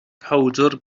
powdr